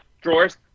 drawers